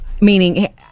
Meaning